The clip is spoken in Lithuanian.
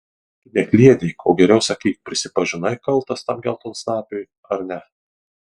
tu nekliedėk o geriau sakyk prisipažinai kaltas tam geltonsnapiui ar ne